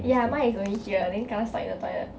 ya mine is only here then kena stuck in the toilet